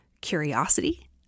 curiosity